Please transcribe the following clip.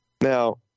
Now